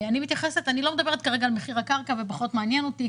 אני לא מדברת כרגע על מחיר הקרקע ופחות מעניין אותי.